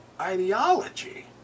ideology